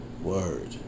Word